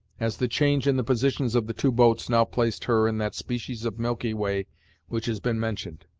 as the change in the positions of the two boats now placed her in that species of milky way which has been mentioned.